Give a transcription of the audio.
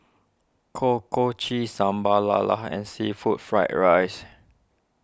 Kuih Kochi Sambal Lala and Seafood Fried Rice